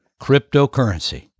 cryptocurrency